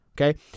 okay